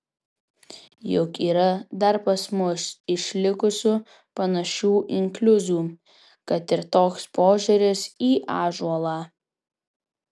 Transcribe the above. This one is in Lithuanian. juk yra dar pas mus išlikusių panašių inkliuzų kad ir toks požiūris į ąžuolą